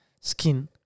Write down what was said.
skin